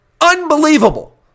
unbelievable